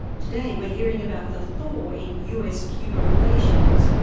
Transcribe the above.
today we're hearing about the thaw in us-cuba relations,